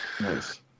nice